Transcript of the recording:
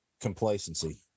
complacency